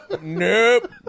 Nope